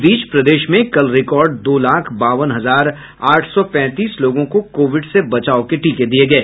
इस बीच प्रदेश में कल रिकॉर्ड दो लाख बावन हजार आठ सौ पैंतीस लोगों को कोविड से बचाव के टीके दिये गयें